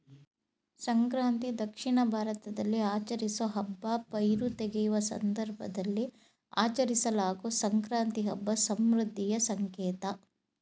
ಸಂಕ್ರಾಂತಿ ದಕ್ಷಿಣ ಭಾರತದಲ್ಲಿ ಆಚರಿಸೋ ಹಬ್ಬ ಪೈರು ತೆಗೆಯುವ ಸಂದರ್ಭದಲ್ಲಿ ಆಚರಿಸಲಾಗೊ ಸಂಕ್ರಾಂತಿ ಹಬ್ಬ ಸಮೃದ್ಧಿಯ ಸಂಕೇತ